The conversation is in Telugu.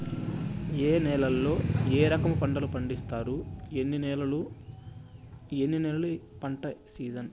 ఏ నేలల్లో ఏ రకము పంటలు పండిస్తారు, ఎన్ని నెలలు పంట సిజన్?